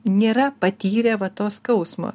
nėra patyrę va to skausmo